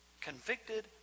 Convicted